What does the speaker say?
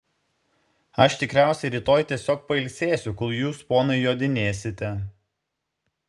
aš tikriausiai rytoj tiesiog pailsėsiu kol jūs ponai jodinėsite